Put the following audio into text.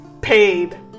paid